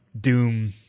Doom